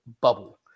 bubble